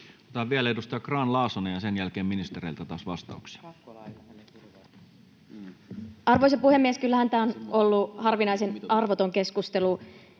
Otetaan vielä edustaja Grahn-Laasonen, ja sen jälkeen ministereiltä taas vastauksia. Arvoisa puhemies! Kyllähän tämä on ollut harvinaisen arvoton keskustelu.